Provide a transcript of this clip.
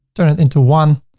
turn it into one,